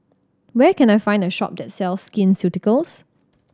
where can I find a shop that sells Skin Ceuticals